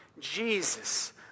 Jesus